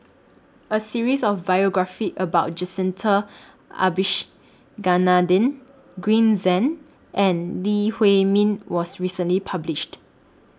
A series of biographies about Jacintha Abisheganaden Green Zeng and Lee Huei Min was recently published